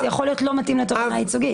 זה יכול להיות לא מתאים לתובענה ייצוגית,